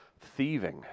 thieving